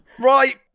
Right